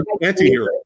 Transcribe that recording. anti-hero